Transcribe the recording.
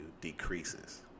decreases